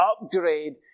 upgrade